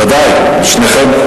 בוודאי, שניכם.